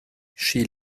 she